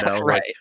right